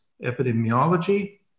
epidemiology